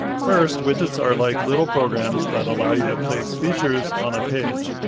first, widgets are like little programs that allow you to place features on a page.